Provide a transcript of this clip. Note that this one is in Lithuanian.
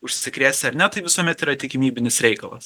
užsikrėsi ar ne tai visuomet yra tikimybinis reikalas